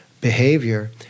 behavior